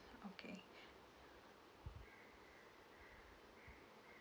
okay